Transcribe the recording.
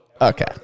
okay